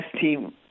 team